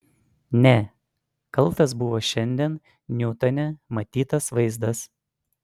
ne kaltas buvo šiandien niutone matytas vaizdas